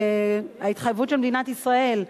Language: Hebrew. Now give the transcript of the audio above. ההתחייבות של מדינת ישראל,